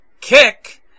kick